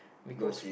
because